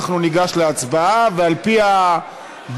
אנחנו ניגש להצבעה, ועל-פי הבקשה,